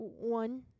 one